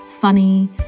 funny